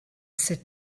sit